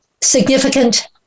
significant